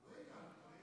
לא הגבנו.